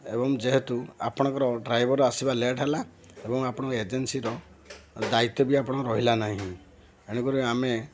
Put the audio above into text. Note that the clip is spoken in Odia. ଏବଂ ଯେହେତୁ ଆପଣଙ୍କର ଡ୍ରାଇଭର ଆସିବା ଲେଟ୍ ହେଲା ଏବଂ ଆପଣ ଏଜେନ୍ସିର ଦାୟିତ୍ୱ ବି ଆପଣ ରହିଲା ନାହିଁ ଏଣୁକରି ଆମେ